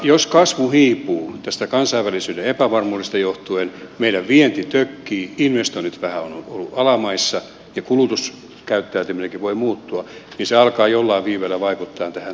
jos kasvu hiipuu tästä kansainvälisestä epävarmuudesta johtuen meidän vienti tökkii investoinnit vähän ovat olleet alamaissa ja kulutuskäyttäytyminenkin voi muuttua niin se alkaa jollain viiveellä vaikuttaa tähän työllisyyteen